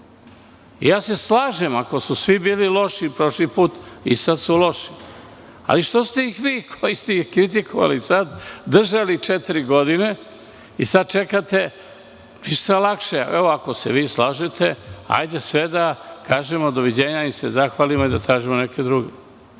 se, ako su svi bili loši prošli put, i sada su loši, ali što ste ih vi, koji ste ih kritikovali sada, držali četiri godine i sada čekate? Ništa lakše, ako se slažete, ajde da kažemo doviđenja, da im se zahvalimo i da tražimo neke druge. Ali,